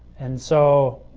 and so